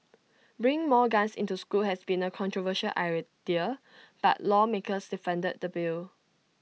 bringing more guns into school has been A controversial idea but lawmakers defended the bill